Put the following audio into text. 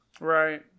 right